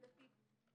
הדתי והחילוני,